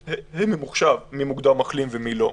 ממוחש מי מוגדר מחלים ומי לא.